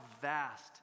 vast